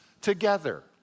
together